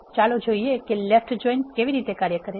ચાલો જોઈએ કે લેફ્ટ જોઈન કેવી રીતે કાર્ય કરે છે